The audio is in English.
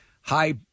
high